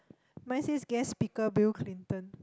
mine says guest speaker Bill-Clinton